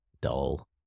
dull